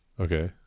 Okay